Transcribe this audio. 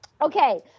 Okay